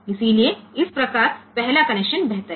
इसलिए इस प्रकार पहला कनेक्शन बेहतर है